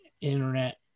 internet